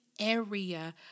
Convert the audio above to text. area